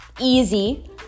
easy